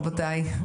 רבותיי,